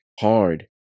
hard